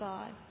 God